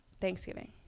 Thanksgiving